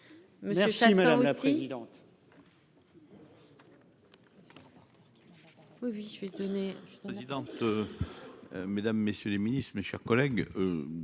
Merci madame la présidente,